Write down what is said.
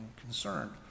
concerned